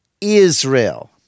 Israel